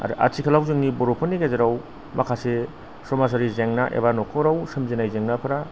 आरो आथिखालाव जोंनि बर'फोरनि गेजेराव माखासे समाजारि जेंना एबा न'खराव सोमजिनाय जेंनाफोरा